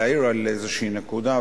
להעיר על איזושהי נקודה.